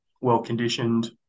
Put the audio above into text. well-conditioned